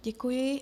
Děkuji.